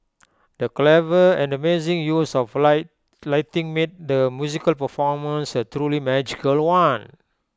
the clever and amazing use of light lighting made the musical performance A truly magical one